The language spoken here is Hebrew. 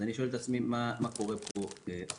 אז אני שואל את עצמי מה קורה פה עכשיו.